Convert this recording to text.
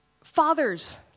Fathers